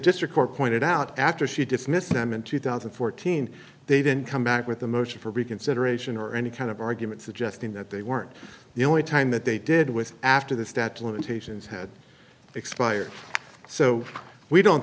district court pointed out after she dismissed them in two thousand and fourteen they didn't come back with a motion for reconsideration or any kind of argument suggesting that they weren't the only time that they did was after the statue limitations had expired so we don't